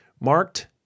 Marked